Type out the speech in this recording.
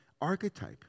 archetype